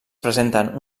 presenten